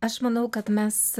aš manau kad mes